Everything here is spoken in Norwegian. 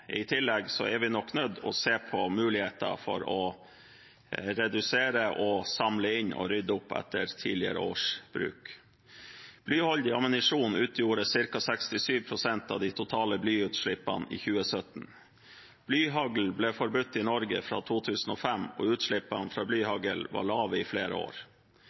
i tillegg er vi nok nødt til å se på muligheter for å redusere, samle inn og rydde opp etter tidligere års bruk. Blyholdig ammunisjon utgjorde ca. 67 pst. av de totale blyutslippene i 2017. Blyhagl ble forbudt i Norge fra 2005, og utslippene fra blyhagl var lave i flere år.